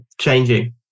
changing